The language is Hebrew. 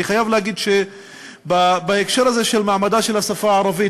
אני חייב להגיד בהקשר הזה של מעמדה של השפה הערבית,